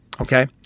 okay